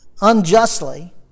unjustly